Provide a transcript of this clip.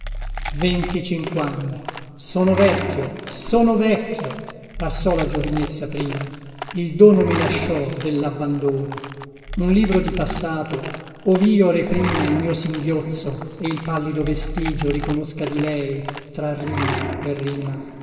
i venticinquanni sono vecchio sono vecchio passò la giovinezza prima il dono mi lasciò dellabbandono un libro di passato ovio reprima il mio singhiozzo e il pallido vestigio riconosca di lei tra rima e rima